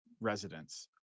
residents